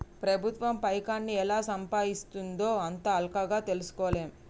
ప్రభుత్వం పైకాన్ని ఎలా సంపాయిస్తుందో అంత అల్కగ తెల్సుకోలేం